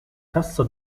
cassa